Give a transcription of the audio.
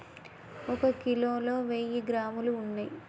ఒక కిలోలో వెయ్యి గ్రాములు ఉన్నయ్